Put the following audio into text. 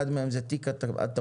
אחד מהם זה תיק התמרוק.